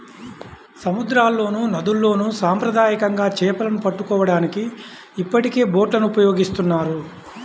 సముద్రాల్లోనూ, నదుల్లోను సాంప్రదాయకంగా చేపలను పట్టుకోవడానికి ఇప్పటికే బోట్లను ఉపయోగిస్తున్నారు